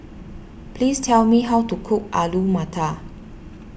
please tell me how to cook Alu Matar